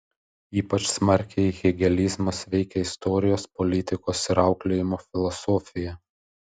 ypač smarkiai hegelizmas veikia istorijos politikos ir auklėjimo filosofiją